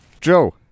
Joe